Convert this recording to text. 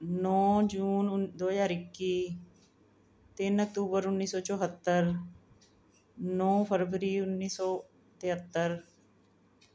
ਨੌ ਜੂਨ ਉਨ ਦੋ ਹਜ਼ਾਰ ਇੱਕੀ ਤਿੰਨ ਅਕਤੂਬਰ ਉੱਨੀ ਸੌ ਚੁਹੱਤਰ ਨੌ ਫਰਵਰੀ ਉੱਨੀ ਸੌ ਤੇਹੱਤਰ